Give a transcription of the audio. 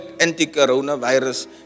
anti-coronavirus